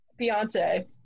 Beyonce